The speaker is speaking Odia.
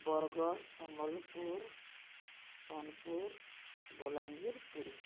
ବରଗଡ଼ ସମ୍ବଲପୁର ସୋନପୁର ବଲାଙ୍ଗୀର ପୁରୀ